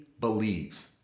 believes